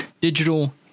digital